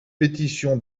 pétition